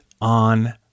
on